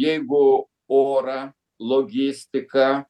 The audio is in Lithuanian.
jeigu orą logistiką